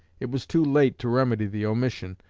it was too late to remedy the omission,